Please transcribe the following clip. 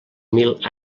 mils